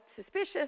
suspicious